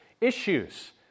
issues